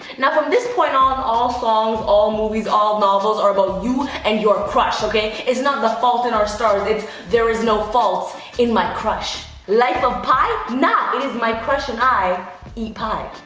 now from this point on, all songs, all movies, all novels are about you and your crush, okay? it's not the fault in our stars, it's there is no faults in my crush. life of pi? nah, it is my crush and i eat pie.